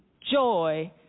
joy